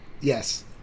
yes